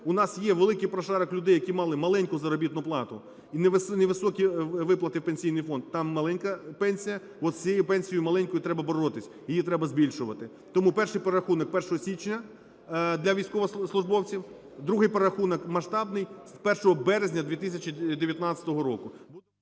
У нас є великий прошарок людей, які мали маленьку заробітну плату і невисокі виплати в Пенсійний фонд, там маленька пенсія, от з цією пенсією маленькою треба боротись, її треба збільшувати. Тому перший перерахунок – 1 січня для військовослужбовців, другий перерахунок масштабний – з 1 березня 2019 року.